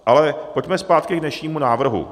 Ale pojďme zpátky k dnešnímu návrhu.